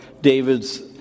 David's